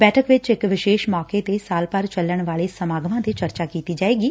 ਬੈਠਕ ਵਿਚ ਇਸ ਵਿਸ਼ੇਸ਼ ਮੌਕੇ ਤੇ ਸਾਲ ਭਰ ਚੱਲਣ ਵਾਲੇ ਸਮਾਗਮਾਂ ਤੇ ਚਰਚਾ ਕੀਤੀ ਜਾਵੇਗੀ